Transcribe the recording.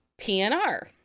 PNR